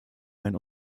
einen